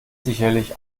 sicherlich